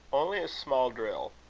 only a small drill.